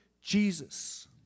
Jesus